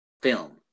film